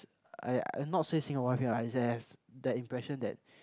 I I not say Singapore feel it has that impression that